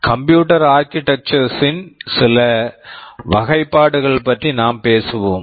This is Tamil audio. கம்ப்யூட்டர் ஆர்க்கிடெக்சர்ஸ் computer architectures ன் சில வகைப்பாடு பற்றி நாம் பேசுவோம்